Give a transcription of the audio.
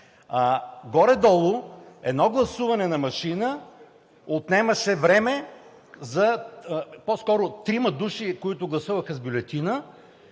Горе-долу едно гласуване на машина отнемаше време – по скоро трима души, които гласуваха с бюлетина,